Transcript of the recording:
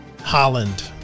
Holland